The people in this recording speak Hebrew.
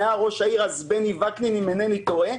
ראש העירייה היה אז בני וקנין, אם אינני טועה.